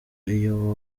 iyo